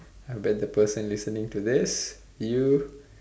I bet the person listening to this you